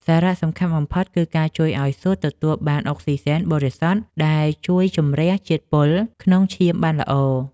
សារៈសំខាន់បំផុត គឺការជួយឱ្យសួតទទួលបានអុកស៊ីសែនបរិសុទ្ធ ដែលជួយជម្រះជាតិពុលក្នុងឈាមបានល្អ។